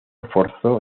forzó